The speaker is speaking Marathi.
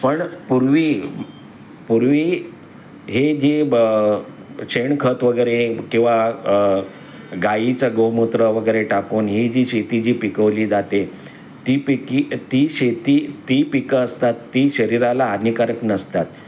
पण पूर्वी पूर्वी हे जे ब शेणखत वगैरे किंवा गाईचं गोमूत्र वगैरे टाकून ही जी शेती जी पिकवली जाते ती पिकी ती शेती ती पिकं असतात ती शरीराला हानिकारक नसतात